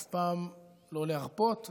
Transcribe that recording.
ואף פעם לא להרפות,